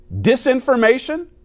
disinformation